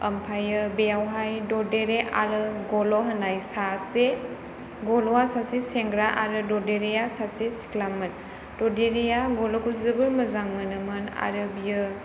ओमफ्रायो बेयावहाय ददेरे आरो गल' होननाय सासे गल'आ सासे सेंग्रा आरो ददेरेया सासे सिख्लामोन ददेरेया गल'खौ जोबोर मोजां मोनोमोन आरो बियो